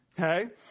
okay